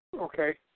Okay